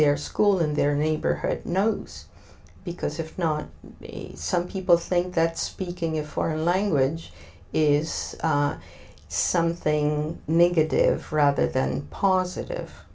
their school in their neighborhood knows because if not be some people think that speaking a foreign language is something negative rather than positive